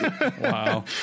Wow